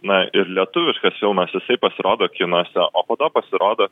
na ir lietuviškas filmas jisai pasirodo kinuose o po to pasirodo